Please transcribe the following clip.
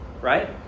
right